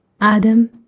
Adam